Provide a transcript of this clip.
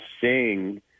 sing